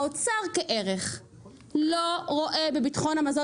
האוצר כערך לא רואה בביטחון המזון